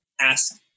ask